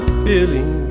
feeling